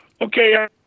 Okay